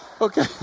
Okay